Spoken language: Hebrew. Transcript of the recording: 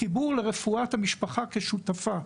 חיבור לרפואת המשפחה כשותפה.